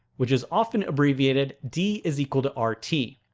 which is often abbreviated d is equal to r t